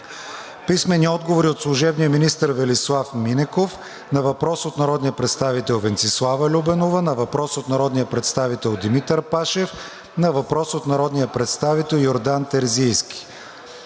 Пандов; - служебния министър Велислав Минеков на въпрос от народния представител Венцислава Любенова; на въпрос от народния представител Димитър Пашев; на въпрос от народния представител Йордан Терзийски;